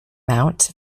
mount